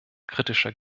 kritischer